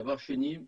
דבר שני,